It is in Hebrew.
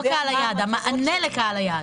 לא קהל היעד, המענה לקהל היעד.